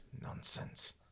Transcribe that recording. nonsense